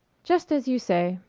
just as you say.